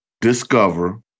discover